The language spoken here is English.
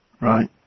Right